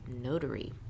Notary